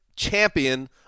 champion